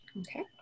Okay